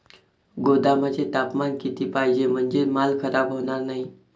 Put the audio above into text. गोदामाचे तापमान किती पाहिजे? म्हणजे माल खराब होणार नाही?